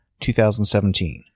2017